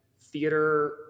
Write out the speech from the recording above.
theater